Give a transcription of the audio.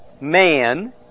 man